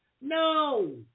No